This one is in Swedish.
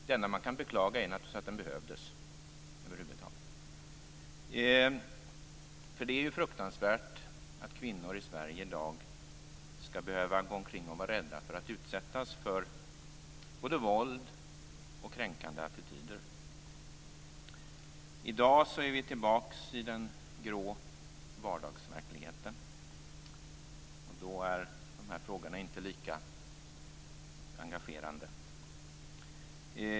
Det enda som man kan beklaga är att den behövdes över huvud taget. Det är ju fruktansvärt att kvinnor i Sverige i dag skall behöva gå omkring och vara rädda att utsättas för både våld och kränkande attityder. I dag är vi tillbaka i den grå vardagen. Då är dessa frågor inte lika engagerande.